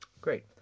Great